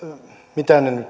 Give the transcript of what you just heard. mitä ne nyt